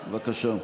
בבקשה.